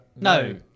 No